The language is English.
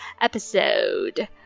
episode